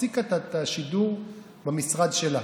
הפסיקה את השידור במשרד שלה.